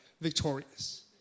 Victorious